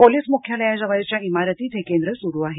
police मुख्यालयाजवळच्या इमारतीत हे केंद्र सुरू आहे